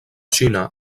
xina